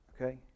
Okay